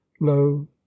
Lo